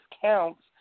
counts